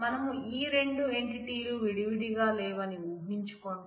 మనం ఈ రెండు ఎంటిటీలు విడివిడిగా లేవని ఊహించుకుంటే